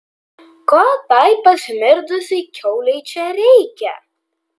ko tai pasmirdusiai kiaulei čia reikia